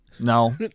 No